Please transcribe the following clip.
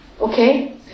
Okay